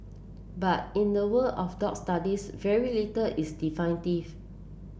but in the world of dog studies very little is